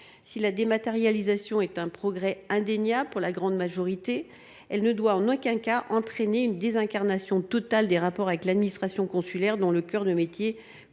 Si la dématérialisation représente un progrès indéniable pour la grande majorité de nos concitoyens, elle ne doit en aucun cas emporter une désincarnation totale des rapports avec l’administration consulaire, dont le cœur de métier reste